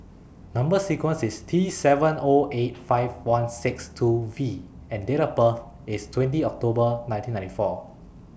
Number sequence IS T seven O eight five one six two V and Date of birth IS twenty October nineteen ninety four